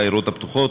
העיירות הפתוחות.